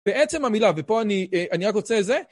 בעצם המילה, ופה אני רק רוצה את זה